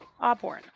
Auburn